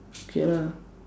K lah